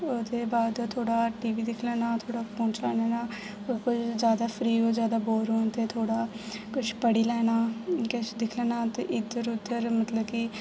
ओह्दे बाद थोह्ड़ा टीवी दिक्खी लैना थोह्ड़ा फोन चलाई लैना पर ज्यादा फ्री होवां ज्यादा बोर होवां थोह्ड़ा किश पढ़ी लैना ते किश दिक्खी लैना ते इद्धर उद्धर मतलब कि